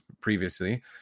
previously